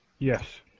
Yes